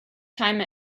time